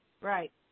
Right